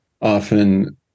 often